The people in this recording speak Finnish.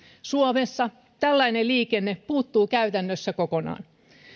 suomessa tällainen liikenne puuttuu käytännössä kokonaan